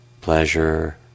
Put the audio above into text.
pleasure